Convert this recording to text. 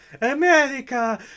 America